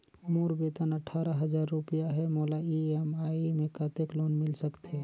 मोर वेतन अट्ठारह हजार रुपिया हे मोला ई.एम.आई मे कतेक लोन मिल सकथे?